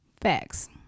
facts